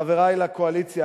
חברי לקואליציה,